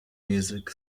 music